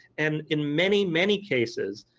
and in many many cases,